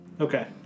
Okay